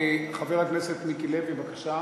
חבר הכנסת מיקי לוי, בבקשה.